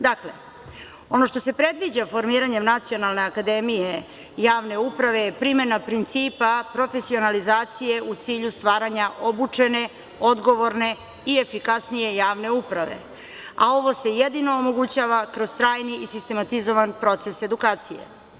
Dakle, ono što se predviđa formiranjem Nacionalne akademije javne uprave je primena principa, profesionalizacije u cilju stvaranja obučene, odgovorne i efikasnije javne uprave, a ovo se jedino omogućava kroz trajni i sistematizovan proces edukacije.